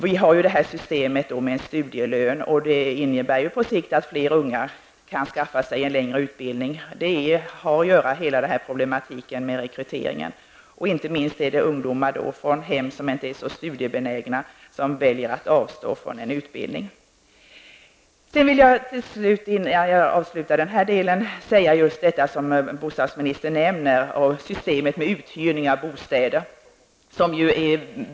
Vi har ju föreslagit en studielön, vilket skulle innebära att fler unga på sikt kan skaffa sig en längre utbildning. Rekryteringen sammanhänger ju hela tiden med den här problematiken. Inte minst ungdomar från hem där man inte är så studiebenägen väljer att avstå från utbildning. Jag vill avsluta med att något beröra det som bostadsministern nämnde, nämligen systemet med uthyrning av studentbostäder.